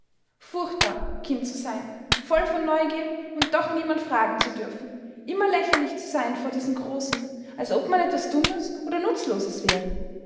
furchtbar kind zu sein voll von neugier und doch niemand fragen zu dürfen immer lächerlich zu sein vor diesen großen als ob man etwas dummes oder nutzloses wäre